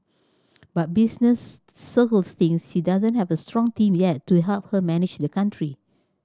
but business circles think she doesn't have a strong team yet to help her manage the country